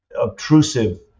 obtrusive